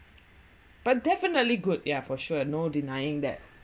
but definitely good yeah for sure no denying that